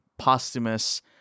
posthumous